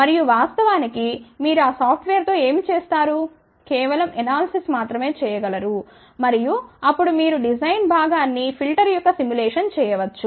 మరియు వాస్తవానికిమీరు ఆ సాఫ్ట్వేర్ తొ ఏమి చేస్తారు కేవలం ఎనాలిసిస్ మాత్రమే చేయగలరు మరియు అప్పుడు మీరు డిజైన్ భాగాన్ని ఫిల్టర్ యొక్క సిములేషన్ చేయవచ్చు